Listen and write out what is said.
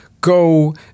go